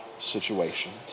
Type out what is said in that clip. situations